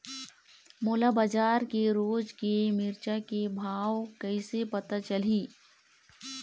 मोला बजार के रोज के मिरचा के भाव कइसे पता चलही?